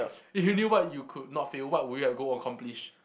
if you knew what you could not fail what would you have go accomplish